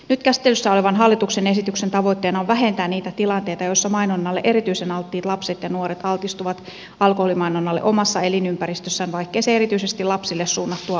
nyt käsittelyssä olevan hallituksen esityksen tavoitteena on vähentää niitä tilanteita joissa mainonnalle erityisen alttiit lapset ja nuoret altistuvat alkoholimainonnalle omassa elinympäristössään vaikkei se erityisesti lapsille suunnattua olisikaan